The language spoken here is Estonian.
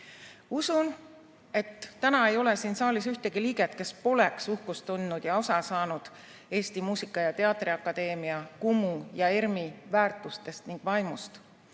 usun, et täna ei ole siin saalis ühtegi inimest, kes poleks uhkust tundnud ja osa saanud Eesti Muusika- ja Teatriakadeemia, Kumu ja ERM-i väärtustest ning vaimust.